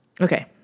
Okay